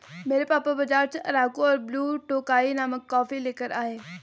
मेरे पापा बाजार से अराकु और ब्लू टोकाई नामक कॉफी लेकर आए